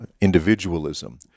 individualism